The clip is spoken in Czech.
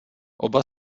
oba